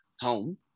home